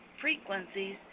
frequencies